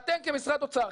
אתם כמשרד האוצר,